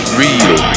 real